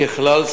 ככלל,